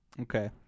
Okay